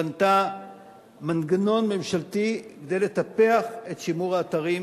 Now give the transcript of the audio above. בנתה מנגנון ממשלתי כדי לטפח את שימור האתרים.